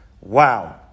Wow